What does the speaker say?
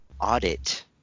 audit